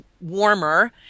warmer